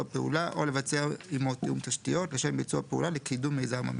פעולה או לבצע עמו תיאום תשתיות לשם ביצוע פעולה לקידום מיזם המטרו,